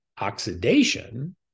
oxidation